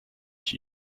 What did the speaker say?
ich